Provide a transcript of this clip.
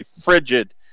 frigid